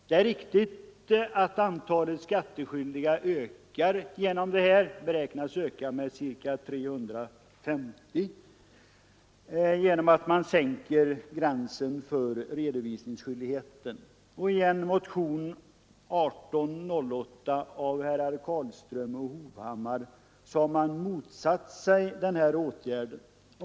Det är riktigt att antalet skattskyldiga ökar — ökningen beräknas till ca 350 — genom att man sänker gränsen för redovisningsskyldigheten. Herrar Carlström och Hovhammar har i motionen 1808 motsatt sig den här åtgärden.